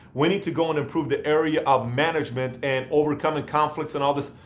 we need to go and improve the area of management and overcoming conflicts and all this